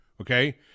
okay